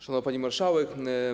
Szanowna Pani Marszałek!